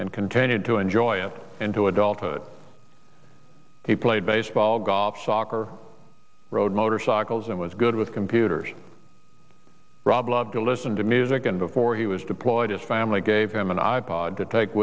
and continued to enjoy it into adulthood he played baseball gods soccer rode motorcycles and was good with computers rob love to listen to music and before he was deployed his family gave him an i pod